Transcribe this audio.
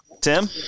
Tim